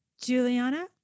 Juliana